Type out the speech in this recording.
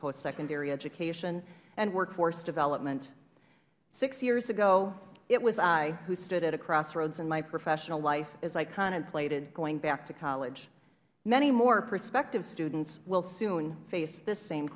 post secondary education and workforce development six years ago it was i who stood at a crossroads in my professional life as i contemplated going back to college many more prospective students will soon face this same